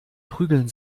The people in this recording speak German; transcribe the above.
prügeln